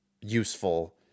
useful